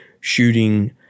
shooting